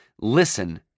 Listen